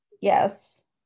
Yes